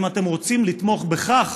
אם אתם רוצים לתמוך בכך,